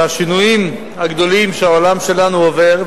והשינויים הגדולים שהעולם שלנו עובר,